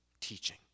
teaching